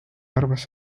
arvas